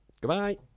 Goodbye